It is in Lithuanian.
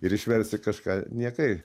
ir išversti kažką niekai